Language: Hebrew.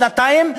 שנתיים,